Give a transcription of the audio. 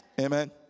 amen